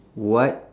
what